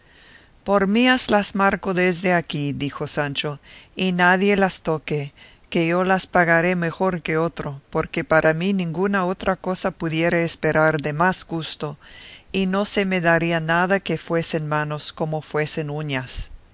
por mías las marco desde aquí dijo sancho y nadie las toque que yo las pagaré mejor que otro porque para mí ninguna otra cosa pudiera esperar de más gusto y no se me daría nada que fuesen manos como fuesen uñas